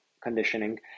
conditioning